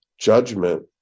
judgment